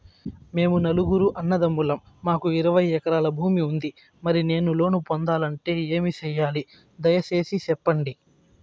మేము నలుగురు అన్నదమ్ములం మాకు ఇరవై ఎకరాల భూమి ఉంది, మరి నేను లోను పొందాలంటే ఏమి సెయ్యాలి? దయసేసి సెప్పండి?